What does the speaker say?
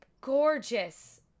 gorgeous